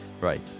Right